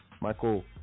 Michael